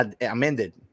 amended